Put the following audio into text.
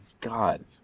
God